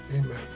Amen